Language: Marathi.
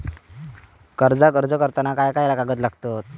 कर्जाक अर्ज करताना काय काय कागद लागतत?